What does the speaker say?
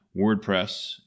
WordPress